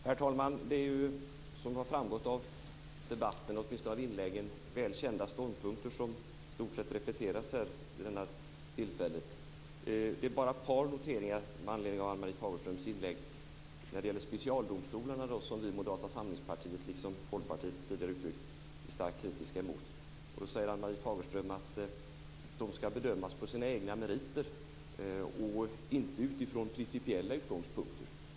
Herr talman! Det är som framgått av debattinläggen väl kända ståndpunkter som repeteras vid det här tillfället. Jag har bara ett par noteringar med anledning av Ann-Marie Fagerströms inlägg. Först gäller det specialdomstolarna, som vi i Moderata samlingspartiet liksom Folkpartiet är starkt kritiska mot. Där säger Ann-Marie Fagerström att de ska bedömas på sina egna meriter och inte utifrån principiella utgångspunkter.